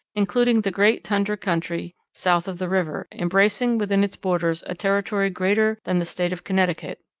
including the great tundra country south of the river, embracing within its borders a territory greater than the state of connecticut.